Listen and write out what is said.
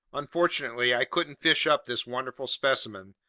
unfortunately i couldn't fish up this wonderful specimen,